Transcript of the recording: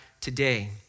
today